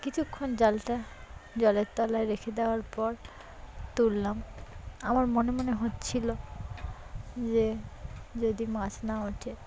কিছুক্ষণ জালটা জলের তলায় রেখে দেওয়ার পর তুললাম আমার মনে মনে হচ্ছিল যে যদি মাছ না ওঠে